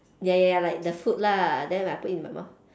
ya ya ya like the food lah then I put in my mouth